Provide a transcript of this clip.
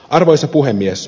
arvoisa puhemies